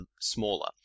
smaller